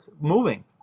moving